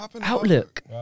Outlook